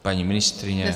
Paní ministryně?